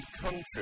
country